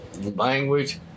language